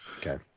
okay